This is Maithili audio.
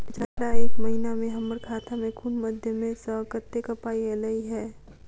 पिछला एक महीना मे हम्मर खाता मे कुन मध्यमे सऽ कत्तेक पाई ऐलई ह?